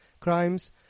crimes